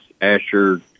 Asher